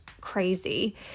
crazy